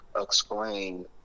explain